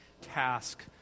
task